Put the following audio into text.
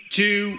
two